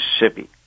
Mississippi